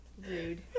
Rude